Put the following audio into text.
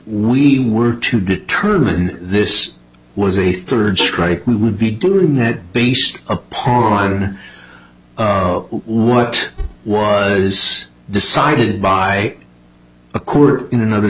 we were to determine this was a third strike we would be doing that based upon what was decided by a court in another